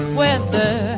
weather